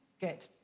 Good